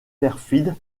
perfide